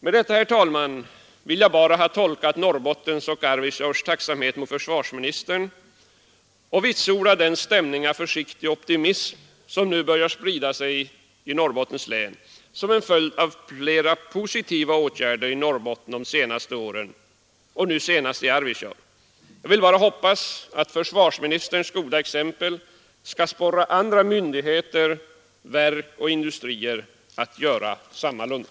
Med detta, herr talman, vill jag bara tolka Norrbottens och Arvidsjaurs tacksamhet mot försvarsministern och vitsorda den stämning av försiktig optimism som nu börjat sprida sig i Norrbottens län som en följd av flera positiva åtgärder i Norrbotten under de senaste åren och nu senast i Arvidsjaur. Jag vill bara hoppas att försvarsministerns goda exempel skall sporra andra myndigheter, verk och industrier att göra sammalunda.